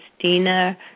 Christina